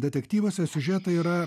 detektyvuose siužetai yra